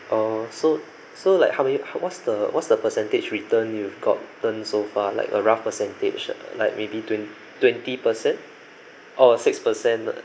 oh so so like how many what's the what's the percentage return you've gotten so far like a rough percentage like maybe twen~ twenty percent oh six percent lah